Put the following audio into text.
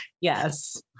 yes